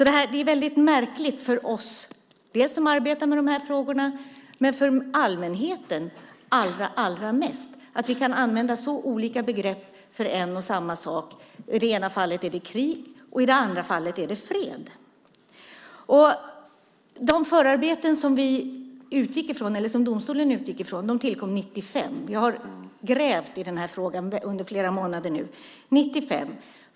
Det är väldigt märkligt för oss som arbetar med de här frågorna och allra mest för allmänheten att vi kan använda så olika begrepp för en och samma sak. I det ena fallet är det krig, och i det andra fallet är det fred. De förarbeten som domstolen utgick från tillkom 1995. Vi har grävt i den här frågan under flera månader nu.